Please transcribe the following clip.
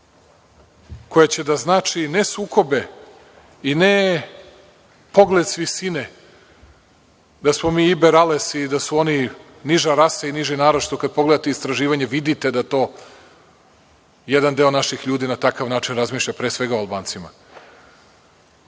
koji će da znači ne sukobe i ne pogled sa visine da smo mi iberales i da su oni niža rasa i niži narod što kad pogledate istraživanja vidite da jedan deo naših ljudi na takav način razmišlja, pre svega o Albancima. Moramo